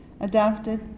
adapted